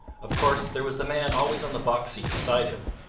of course there was the man always on the box-seat beside him,